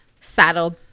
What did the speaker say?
saddle